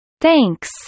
Thanks